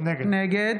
נגד